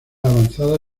avanzada